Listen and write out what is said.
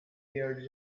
year